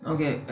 Okay